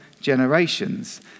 generations